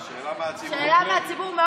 שאלה מהציבור,